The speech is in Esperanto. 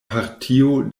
partio